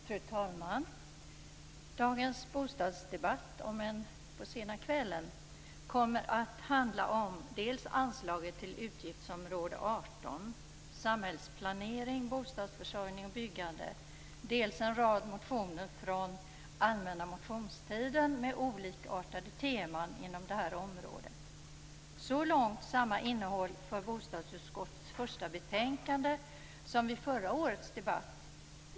Fru talman! Dagens bostadsdebatt, om än på sena kvällen, kommer att handla om dels anslaget till utgiftsområde 18 - Samhällsplanering, bostadsförsörjning och byggande - dels en rad motioner från allmänna motionstiden med olikartade teman inom detta område. Så långt är innehållet detsamma i bostadsutskottets första betänkande som vid förra årets debatt.